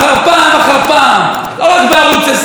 לא רק בערוץ 7 באינטרנט,